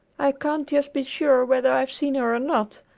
i can't just be sure whether i've seen her or not,